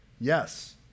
Yes